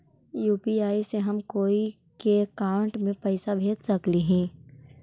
UPI से हम कोई के अकाउंट में पैसा भेज सकली ही?